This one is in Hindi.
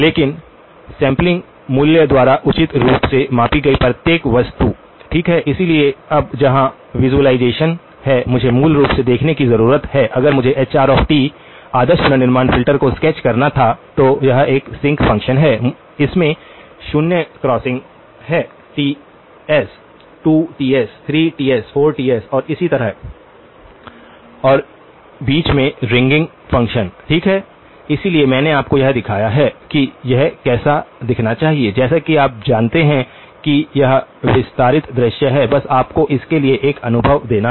लेकिन सैंपलिंग मूल्य द्वारा उचित रूप से मापी गई प्रत्येक वस्तु ठीक है इसलिए अब यहां विज़ुअलाइज़ेशन है इसे मूल रूप से देखने की ज़रूरत है अगर मुझे hr आदर्श पुनर्निर्माण फिल्टर को स्केच करना था तो यह एक सिंक फ़ंक्शन है इसमें शून्य क्रॉसिंग हैं Ts 2Ts 3Ts 4Ts और इसी तरह और बीच में रिंगिंग फ़ंक्शन ठीक है इसलिए मैंने आपको यह दिखाया है कि यह कैसा दिखना चाहिए जैसा कि आप जानते हैं कि यह विस्तारित दृश्य है बस आपको इसके लिए एक अनुभव देना है